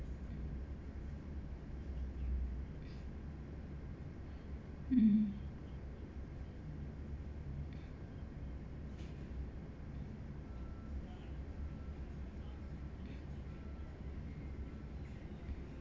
mm